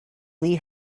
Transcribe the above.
lee